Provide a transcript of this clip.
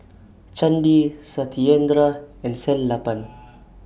Chandi Satyendra and Sellapan